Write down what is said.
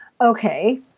Okay